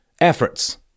efforts